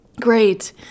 Great